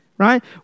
right